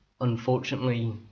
unfortunately